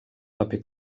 paper